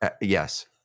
Yes